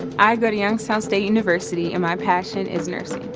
i go to youngstown state university, and my passion is nursing.